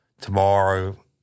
Tomorrow